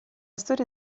storia